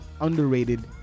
underrated